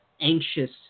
anxious